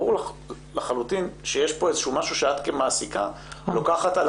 ברור לך לחלוטין שיש כאן איזשהו משהו שאת כמעסיקה לוקחת על עצמך מעבר.